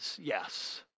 yes